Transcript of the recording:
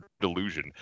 delusion